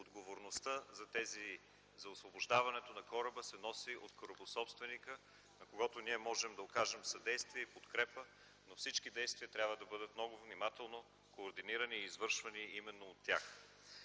отговорността за освобождаването на кораба се носи от корабособственика, на когото ние можем да окажем съдействие и подкрепа, но всички действия трябва да бъдат много внимателно координирани и извършвани именно от тях.